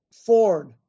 Ford